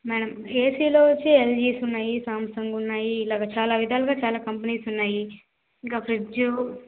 madam ఏసీలో వచ్చి LGs ఉన్నాయి సాంసంగ్ ఉన్నాయి ఇలాగా చాలా విధాలుగా చాలా కంపెనీస్ ఉన్నాయి ఇక ఫ్రిడ్జ్